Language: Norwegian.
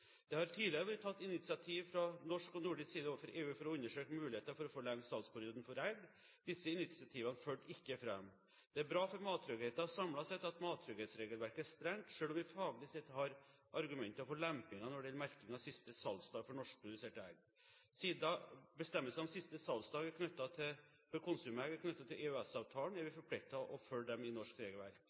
Det har tidligere vært tatt initiativ fra norsk og nordisk side overfor EU for å undersøke muligheten for å forlenge salgsperioden for egg. Disse initiativene førte ikke fram. Det er bra for mattryggheten samlet sett at mattrygghetsregelverket er strengt, selv om vi faglig sett har argumenter for lempninger når det gjelder merking av siste salgsdag for norskproduserte egg. Siden bestemmelsene om siste salgsdag for konsumegg er knyttet til EØS-avtalen, er vi forpliktet til å følge dem i norsk regelverk.